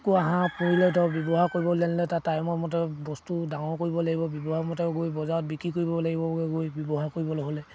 কুকুৰা হাঁহ পৰিলে ধৰক ব্যৱহাৰ কৰিবলৈ জানিলে তাৰ টাইমৰ মতে বস্তু ডাঙৰ কৰিব লাগিব ব্যৱহাৰ মতে গৈ বজাৰত বিক্ৰী কৰিব লাগিব গৈ ব্যৱহাৰ কৰিবলৈ হ'লে